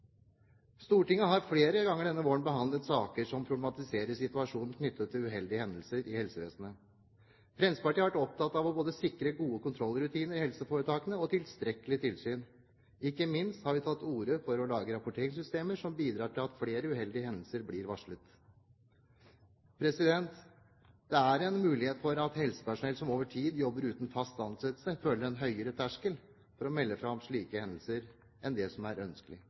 Stortinget har flere ganger denne våren behandlet saker som problematiserer situasjonen knyttet til uheldige hendelser i helsevesenet. Fremskrittspartiet har vært opptatt av både å sikre gode kontrollrutiner i helseforetakene og tilstrekkelig tilsyn. Ikke minst har vi tatt til orde for å lage rapporteringssystemer, som bidrar til at flere uheldige hendelser blir varslet. Det er en mulighet for at helsepersonell som over tid jobber uten fast ansettelse, har en høyere terskel for å melde fra om slike hendelser enn det som er ønskelig.